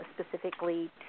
specifically